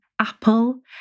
apple